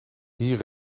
hier